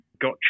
got